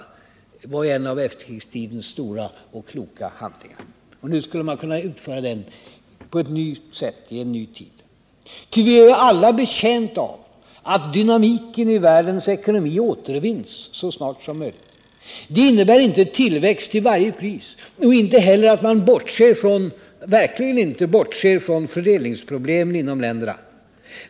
Det var en av efterkrigstidens stora och kloka handlingar. Nu skulle man kunna utföra den på ett nytt sätt i en ny tid. Vi är alla betjänta av att dynamiken i världens ekonomi återvinns så snart som möjligt. Det innebär inte tillväxt till varje pris och inte heller att man bortser från fördelningsproblemen inom länderna.